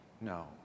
No